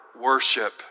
worship